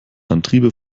antriebe